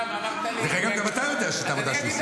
דרך אגב, גם אתה יודע את העבודה שהוא עושה.